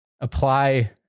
apply